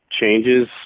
changes